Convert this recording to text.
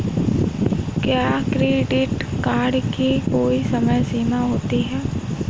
क्या credit card की कोई समय सीमा होती है?